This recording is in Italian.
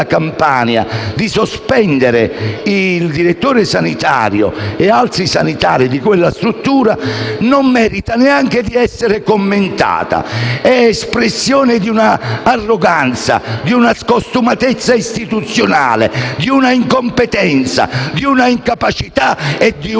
come la sospensione del direttore sanitario e di altri sanitari di quella struttura, non meritano neanche di essere commentati, in quanto espressione di una arroganza, di una scostumatezza istituzionale, di una incompetenza, di una incapacità e di